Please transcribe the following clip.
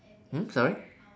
hmm sorry